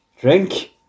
drink